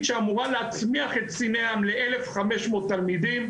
שאמורה להצמיח את קציני ים לאלף חמש מאות תלמידים,